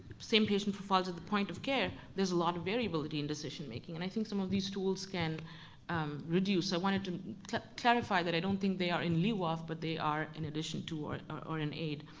same patient profiles at the point of care, there's a lot of variability in decision making, and i think some of these tools can reduce. i wanted to clarify that i don't think they are in lieu of, but they are in addition to or in aid.